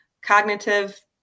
cognitive